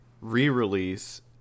re-release